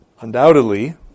Undoubtedly